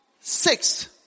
six